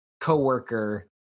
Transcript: co-worker